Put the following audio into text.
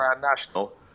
national